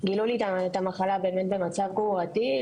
גילו לי את המחלה במצב גרורתי,